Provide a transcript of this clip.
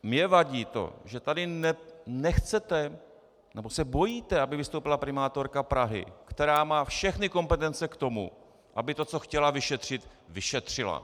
Mně vadí to, že tady nechcete, nebo se bojíte, aby vystoupila primátorka Prahy, která má všechny kompetence k tomu, aby to, co chtěla vyšetřit, vyšetřila.